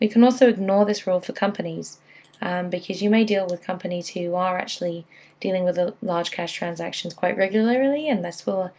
we can also ignore this rule for companies because you may deal with companies who are actually dealing with ah large cash transactions quite regularly, and this will